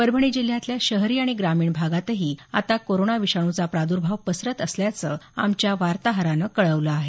परभणी जिल्ह्यातल्या शहरी आणि ग्रामीण भागातही आता कोरोना विषाण्चा प्रादुर्भाव पसरत असल्याचं आमच्या वार्ताहरानं कळवलं आहे